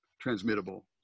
transmittable